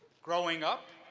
growing up,